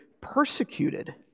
persecuted